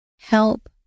Help